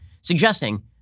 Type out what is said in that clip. suggesting